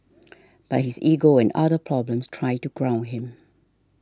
but his ego and other problems try to ground him